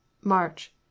March